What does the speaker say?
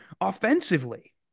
offensively